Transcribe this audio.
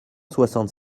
soixante